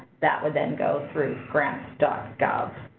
that would then go through grants gov.